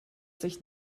sich